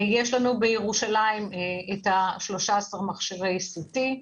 יש לנו בירושלים 13 מכשירי CT,